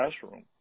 classroom